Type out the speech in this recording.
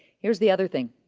here's the other thing.